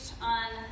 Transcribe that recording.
on